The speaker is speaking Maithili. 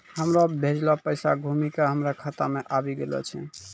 हमरो भेजलो पैसा घुमि के हमरे खाता मे आबि गेलो छै